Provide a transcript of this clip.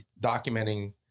documenting